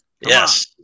Yes